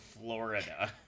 Florida